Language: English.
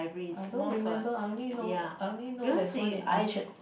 I don't remember I only know I only know there's one in Orchard